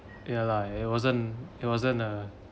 ya lah it wasn't it wasn't a